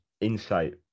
insight